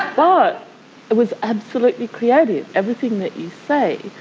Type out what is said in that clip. but it was absolutely creative, everything that you say,